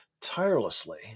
tirelessly